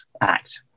act